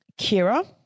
Kira